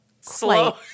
Slow